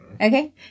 okay